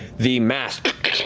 the mast